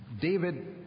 David